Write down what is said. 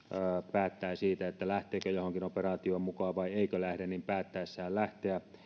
päättää siitä lähteekö johonkin operaatioon mukaan vai eikö lähde jolloin päättäessään lähteä